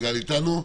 סיגל איתנו?